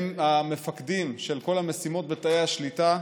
הם המפקדים של כל המשימות בתאי השליטה,